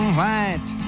white